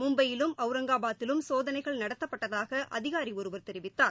மும்பையிலும் அவுரங்காபாதிலும் சோதனைகள் நடத்தப்பட்டதாக அதிகாரி ஒருவர் தெரிவித்தார்